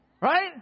Right